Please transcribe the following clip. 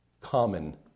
common